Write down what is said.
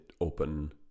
open